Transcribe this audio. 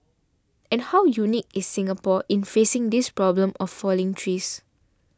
and how unique is Singapore in facing this problem of falling trees